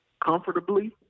comfortably